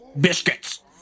Biscuits